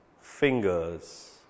fingers